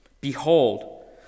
Behold